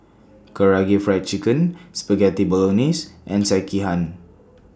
Karaage Fried Chicken Spaghetti Bolognese and Sekihan